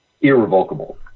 irrevocable